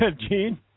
Gene